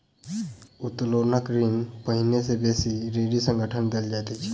उत्तोलन ऋण पहिने से बेसी ऋणी संगठन के देल जाइत अछि